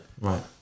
Right